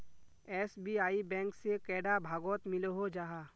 SBI bank से कैडा भागोत मिलोहो जाहा?